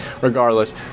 regardless